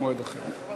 במועד אחר.